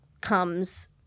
comes